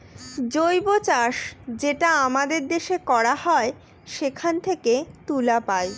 জৈব চাষ যেটা আমাদের দেশে করা হয় সেখান থেকে তুলা পায়